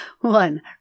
One